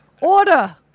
Order